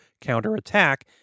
counterattack